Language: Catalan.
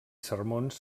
sermons